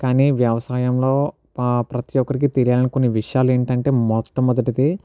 కానీ వ్యవసాయంలో ప్రతి ఒక్కరికి తెలియాలనుకునే విషయాలేంటంటే మొట్టమొదటిది